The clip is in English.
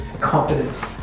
confident